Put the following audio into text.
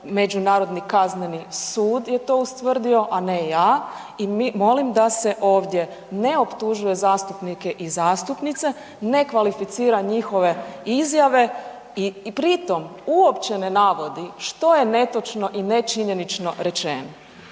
Međunarodni kazneni sud je to ustvrdio, a ne ja i molim da se ovdje ne optužuje zastupnike i zastupnice, ne kvalificira njihove izjave i pri tom uopće ne navodi što je netočno i nečinjenično rečeno.